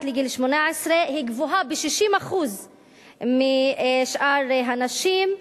לגיל 18 היא גבוהה ב-60% משאר הנשים.